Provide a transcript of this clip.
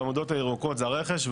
העמודות האדומות זה רכש,